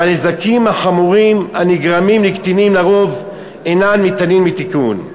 והנזקים החמורים הנגרמים לקטינים לרוב אינם ניתנים לתיקון.